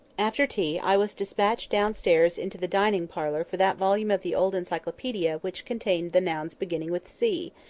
after tea, i was despatched downstairs into the dining-parlour for that volume of the old encyclopaedia which contained the nouns beginning with c,